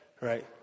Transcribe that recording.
right